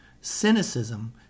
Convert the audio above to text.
Cynicism